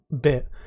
bit